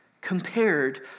compared